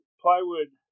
plywood